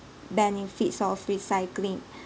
benefits of recycling